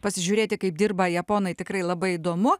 pasižiūrėti kaip dirba japonai tikrai labai įdomu